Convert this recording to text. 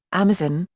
amazon,